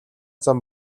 зам